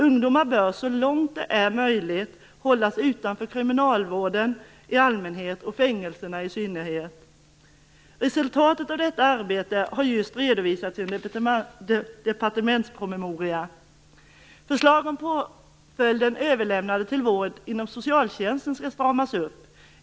Ungdomar bör så långt det är möjligt hållas utanför kriminalvården i allmänhet och fängelserna i synnerhet. Resultatet av detta arbete har just redovisats i en departementspromemoria. Bl.a. föreslås att påföljden överlämnande till vård inom socialtjänsten skall stramas upp.